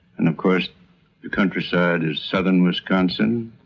and of course the countryside is southern wisconsin